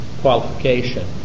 qualification